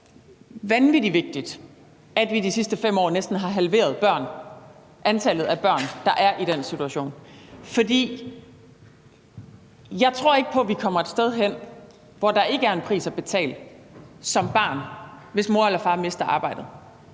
det også vanvittig vigtigt, at vi i de sidste 5 år næsten har halveret antallet af børn, der er i den situation. Jeg tror ikke på, at vi kommer et sted hen, hvor der ikke er en pris at betale som barn, hvis mor eller far mister deres